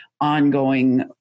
ongoing